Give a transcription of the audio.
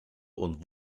und